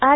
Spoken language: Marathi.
आर